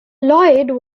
lloyd